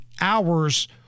hours